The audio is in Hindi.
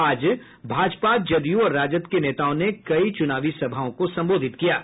आज भाजपा जदयू और राजद के नेताओं ने कई चुनावी सभाओं को संबोधित किया है